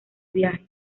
viaje